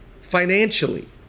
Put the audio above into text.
financially